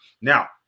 now